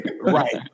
Right